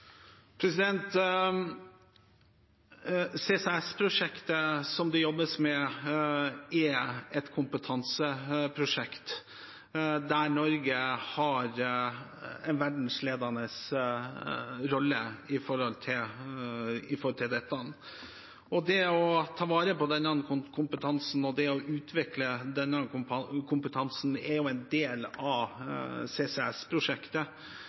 som det jobbes med, er et kompetanseprosjekt der Norge har en verdensledende rolle. Og det å ta vare på og utvikle denne kompetansen er jo en del av